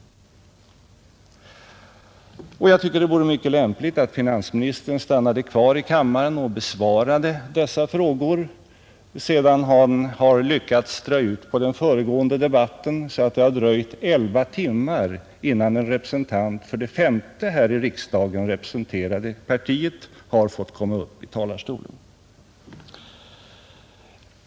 Jag tycker att det vore mycket lämpligt att finansministern stannade kvar i kammaren och besvarade dessa frågor, sedan man nu lyckats dra ut på den föregående debatten så att det har dröjt elva timmar innan en representant för det femte här i riksdagen representerade partiet har fått komma upp i talarstolen.